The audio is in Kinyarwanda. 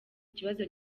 ikibazo